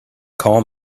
call